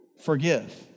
forgive